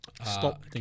stop